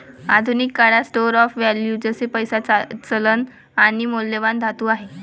आधुनिक काळात store of value जसे पैसा, चलन आणि मौल्यवान धातू आहे